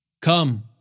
Come